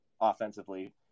offensively